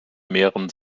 mehren